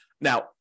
Now